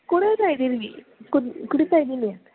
ಕುಡೀತಾ ಇದೀನಿ ಕುದ್ ಕುಡೀತಾ ಇದ್ದೀನಿ